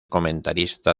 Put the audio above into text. comentarista